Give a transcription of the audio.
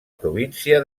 província